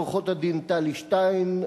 לעורכות-הדין טלי שטיין,